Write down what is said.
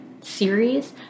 series